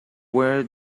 where